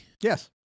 Yes